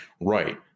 Right